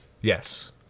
Yes